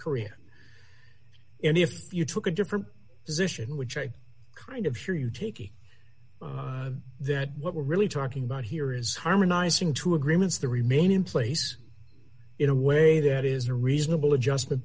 korea and if you took a different position which i kind of sure you taking that what we're really talking about here is harmonizing two agreements the remain in place in a way that is a reasonable adjustment